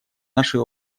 нашей